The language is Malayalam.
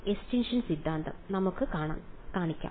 എസ്റ്റിൻഷൻ സിദ്ധാന്തം നമുക്ക് കാണിക്കാം